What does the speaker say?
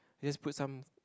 just put some